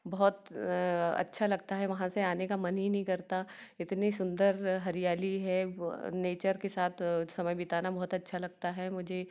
बहुत अच्छा लगता है वहाँ से आने का मन ही नहीं करता इतनी सुंदर हरियाली है नेचर के साथ समय बिताना बहुत अच्छा लगता है मुझे